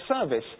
service